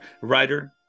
writer